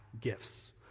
gifts